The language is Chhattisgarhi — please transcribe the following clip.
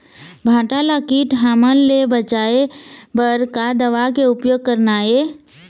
भांटा ला कीट हमन ले बचाए बर का दवा के उपयोग करना ये?